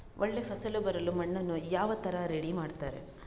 ಒಳ್ಳೆ ಫಸಲು ಬರಲು ಮಣ್ಣನ್ನು ಯಾವ ತರ ರೆಡಿ ಮಾಡ್ತಾರೆ?